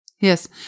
Yes